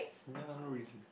ya no reason